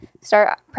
start